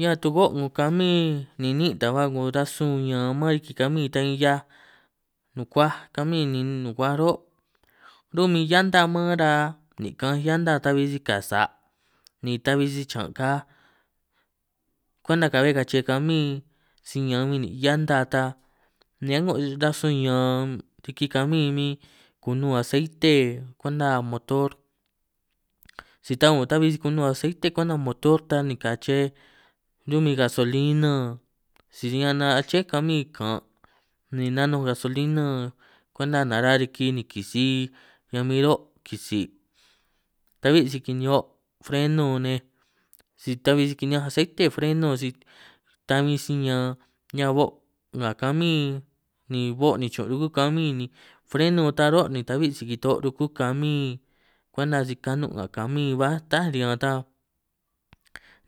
Ñan tugo' 'ngo kamín ni niín' ta hua 'ngo rasun ñaan man riki kamín ta huin 'hiaj, nukuaj kamín ni nukuaj ró' ru'min llanta man ra ni kaanj llanta ta'hui si ka sa', ni ta'hui si chaan ka kwenta ka'hue kache kamín si ñaan huin nin' llanta ta, ni a'ngo rasun ñaan riki kamín huin kunun aseite kwenta motor, si ta'hui kunun aseite kwenta motor ta ni kache ru'min gasolina si ñan ché kamín kan ni nanun gasolina kwenta nara riki ni kisi ñan huin ro' kisi, ta'hui si kinihio' frenu nej si ta'hui kiniñanj aceite frenu tan huin si ñan o' nga kamín, ni o' nichun' ruku kamin ni frenu ta ro' ni ta'hui' si kito'o rukú kamín kwenta si kanun nga camín ba tá riñan ta,